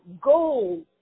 gold